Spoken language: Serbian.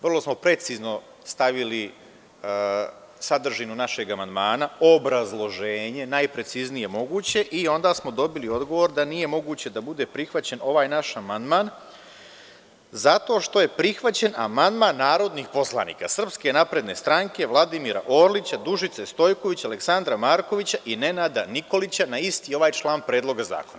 Vrlo smo precizno stavili sadržinu našeg amandmana, obrazloženje najpreciznije moguće i onda smo dobili odgovor da nije moguće da bude prihvaćen ovaj naš amandman, zato što je prihvaćen amandman narodnih poslanika Srpske napredne stranke Vladimira Orlića, Dušice Stojković, Aleksandra Marković i Nenada Nikolića, na isti ovaj član Predloga zakona.